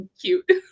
cute